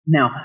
Now